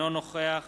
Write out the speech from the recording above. אינו נוכח